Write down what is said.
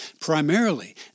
Primarily